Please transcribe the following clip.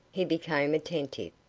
he became attentive.